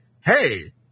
hey